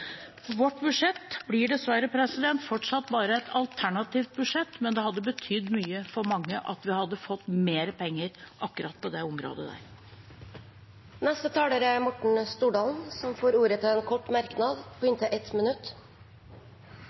Vårt budsjett blir dessverre fortsatt bare et alternativt budsjett, men det hadde betydd mye for mange at vi hadde fått mer penger akkurat på det området. Representanten Morten Stordalen har hatt ordet to ganger tidligere og får ordet til en kort merknad, begrenset til 1 minutt.